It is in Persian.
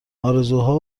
آرزوها